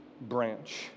branch